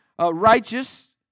righteous